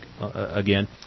again